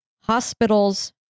Hospitals